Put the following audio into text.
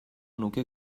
nuke